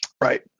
Right